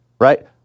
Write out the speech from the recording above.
right